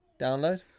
download